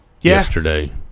yesterday